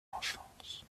enfance